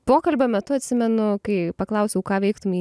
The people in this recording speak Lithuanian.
pokalbio metu atsimenu kai paklausiau ką veiktum jei